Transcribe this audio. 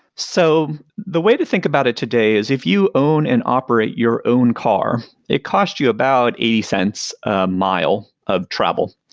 so the way to think about it today, is if you own and operate your own car, it costs you about eighty cents a mile of travel.